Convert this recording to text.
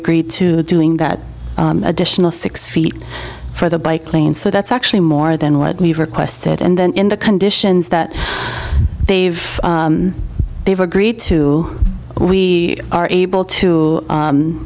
agreed to doing that additional six feet for the bike lane so that's actually more than what we've requested and then in the conditions that they've they've agreed to we are able to